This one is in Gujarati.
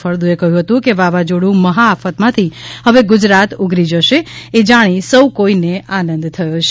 ફળદુએ કહ્યું હતું કે વાવાઝોડું મહાઆફતમાંથી હવે ગુજરાત ઉગરી જશે એ જાણી સૌ કોઇને આનંદ થયો છે